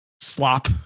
slop